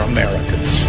Americans